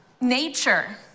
nature